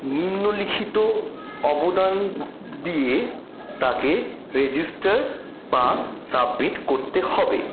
নিম্নলিখিত অবদান দিয়ে তাকে রেজিস্টার বা সাবমিট করতে হবে